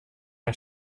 men